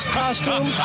costume